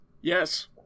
yes